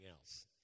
else